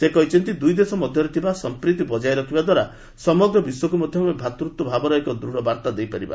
ସେ କହିଛନ୍ତି ଦୁଇ ଦେଶ ମଧ୍ୟରେ ଥିବା ସଂପ୍ରତି ରଖିବା ଦ୍ୱାରା ସମଗ୍ର ବିଶ୍ୱକୁ ମଧ୍ୟ ଆମେ ଭାତୃତ୍ୱ ଭାବର ଏକ ଦୂଢ ବାର୍ତ୍ତା ଦେଇପାରିବା